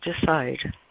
decide